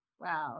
Wow